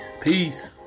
Peace